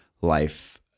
life